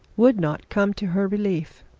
would not come to her relief.